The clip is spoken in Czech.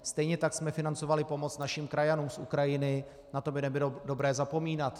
Stejně tak jsme financovali pomoc našim krajanům z Ukrajiny, na to by nebylo dobré zapomínat.